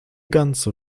ganze